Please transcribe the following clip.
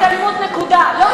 לא.